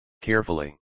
carefully